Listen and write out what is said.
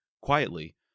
quietly